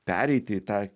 pereiti į tą